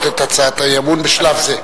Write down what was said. לממשלת ישראל לעמוד באבני דרך ברורות להפחתת העוני.